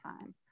time